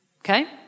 Okay